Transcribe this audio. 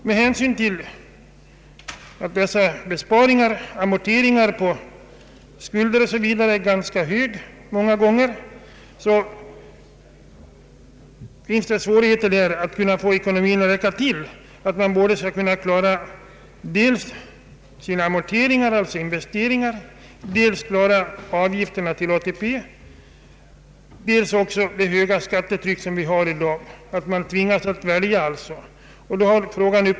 Med hänsyn till att amorteringar på skulder många gånger är ganska höga har de svårt att få inkomsterna att räcka till dels amorteringar och investeringar, dels avgifterna till ATP, dels också de höga skatterna. Man tvingas här att välja.